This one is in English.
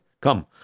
come